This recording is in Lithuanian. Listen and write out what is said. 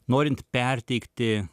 norint perteikti